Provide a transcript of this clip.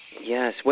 Yes